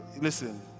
listen